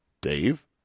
Dave